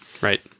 Right